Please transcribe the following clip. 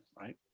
right